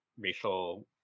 racial